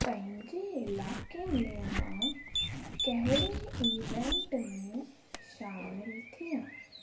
पंहिंजे इलाइक़े में मां कहिड़े इवेंट में शामिलु थियां